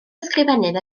ysgrifennydd